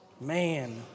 Man